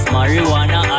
Marijuana